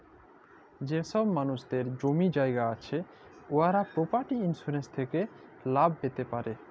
যে মালুসদের জমি জায়গা আছে উয়ারা পরপার্টি ইলসুরেলস থ্যাকে লাভ প্যাতে পারে